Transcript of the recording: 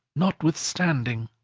notwithstanding.